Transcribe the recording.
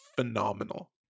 Phenomenal